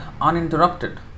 uninterrupted